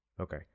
Okay